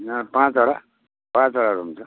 ना पाँचवटा पाँचवटा रुम छ